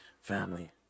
Family